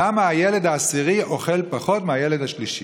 למה הילד העשירי אוכל פחות מהילד השלישי?